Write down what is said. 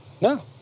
No